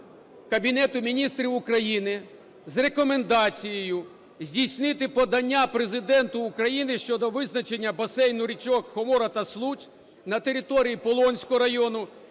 Кабінету Міністрів України з рекомендацією здійснити подання Президенту України щодо визначення басейну річок Хомора та Случ на території Полонського району